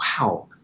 wow